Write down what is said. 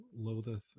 loatheth